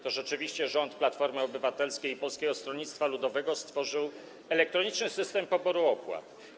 To rzeczywiście rząd Platformy Obywatelskiej i Polskiego Stronnictwa Ludowego stworzył elektroniczny system poboru opłat.